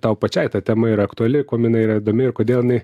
tau pačiai ta tema yra aktuali kuom jinai yra įdomi ir kodėl jinai